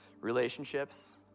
Relationships